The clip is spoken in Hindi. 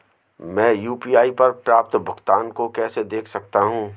मैं यू.पी.आई पर प्राप्त भुगतान को कैसे देख सकता हूं?